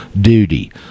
duty